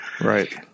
Right